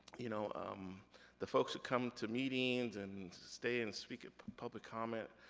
you know um the folks that come to meetings, and stay and speak at the public comment,